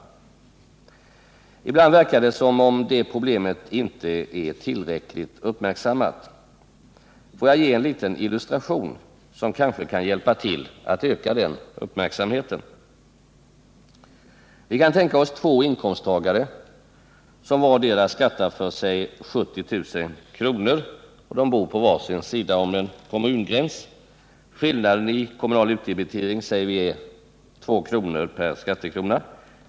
Ibland verkar det på mig som om det problemet inte är tillräckligt uppmärksammat. Får jag ge en liten illustration som kanske kan hjälpa till att öka uppmärksamheten. Vi kan tänka oss två inkomsttagare som vardera skattar för 70 000 kr. De bor på var sin sida om en kommungräns. Skillnaden i kommunal utdebitering säger vi är 2 kr. per skattekrona.